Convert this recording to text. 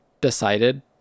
decided